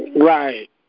Right